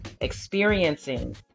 experiencing